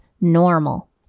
normal